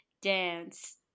dance